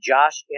Josh